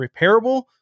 repairable